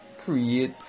create